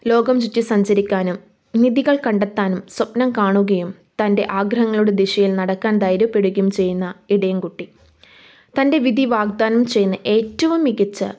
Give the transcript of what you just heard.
ലോകം ചുറ്റി സഞ്ചരിക്കാനും നിധികൾ കണ്ടെത്താനും സ്വപ്നം കാണുകയും തൻ്റെ ആഗ്രഹങ്ങളുടെ ദിശയിൽ നടക്കാൻ ധൈര്യപ്പെടുകയും ചെയ്യുന്ന ഇടയൻ കുട്ടി തൻ്റെ വിധി വാഗ്ദാനം ചെയ്യുന്ന ഏറ്റവും മികച്ച